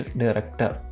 director